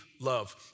love